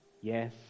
Yes